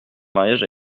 mariage